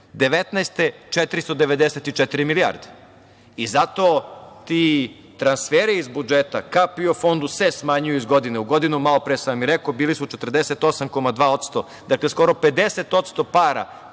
494 milijarde. I zato ti transferi iz budžeta ka PIO fondu se smanjuju iz godine u godinu, malo pre sam vam i rekao, bili su 48,2%. Dakle, skoro 50% para,